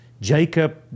Jacob